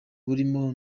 burimo